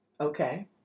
Okay